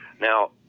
Now